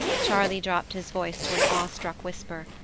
charley dropped his voice to an awe-struck whisper.